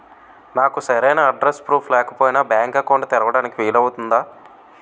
నాకు సరైన address proof లేకపోయినా బ్యాంక్ అకౌంట్ తెరవడానికి వీలవుతుందా?